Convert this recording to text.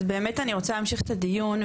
אז באמת אני רוצה להמשיך את הדיון,